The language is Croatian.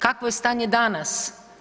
Kakvo je stanje danas?